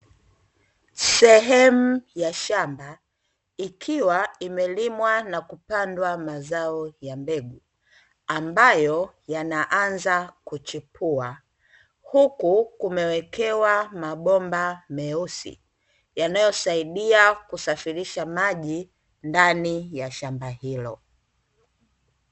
Sehemu ya shamba, ikiwa imelimwa na kupandwa mazao ya mbegu, ambayo yanaanza kuchipua, huku kumewekewa mabomba meusi yanayosaidia kusafirisha maji ndani ya shamba hilo.